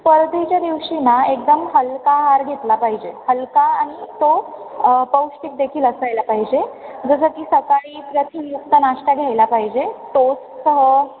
स्पर्धेच्या दिवशी ना एकदम हलका आहार घेतला पाहिजे हलका आणि तो पौष्टिकदेखील असायला पाहिजे जसं की सकाळी प्रथिनयुक्त नाश्ता घ्यायला पाहिजे तोस्ट